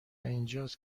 اینجاست